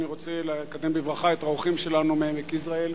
אני רוצה לקדם את האורחים שלנו מעמק יזרעאל,